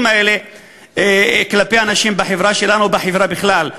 האלה כלפי הנשים בחברה שלנו ובחברה בכלל.